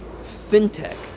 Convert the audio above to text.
fintech